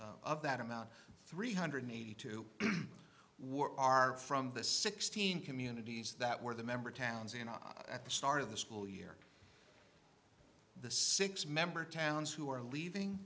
me of that amount three hundred eighty two were are from the sixteen communities that were the member towns in at the start of the school year the six member towns who are leaving